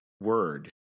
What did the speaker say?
Word